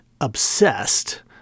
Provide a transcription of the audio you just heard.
obsessed